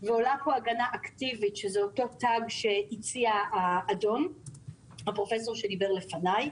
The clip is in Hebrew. ועולה פה הגנה אקטיבית כמו אותו תג שהציע הפרופסור שדיבר לפניי.